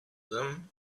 them